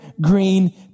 green